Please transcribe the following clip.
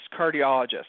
cardiologist